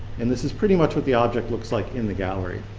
and this is pretty much what the object looks like in the gallery.